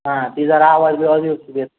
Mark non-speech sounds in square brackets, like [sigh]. हां ती जरा आवाज बिवाज [unintelligible]